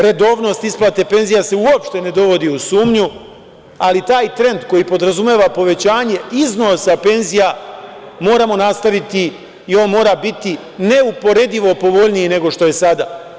Redovnost isplate penzija se uopšte ne dovodi u sumnju, ali taj trend koji podrazumeva povećanje iznosa penzija moramo nastaviti i on mora biti neuporedivo povoljniji, nego što je sada.